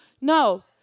no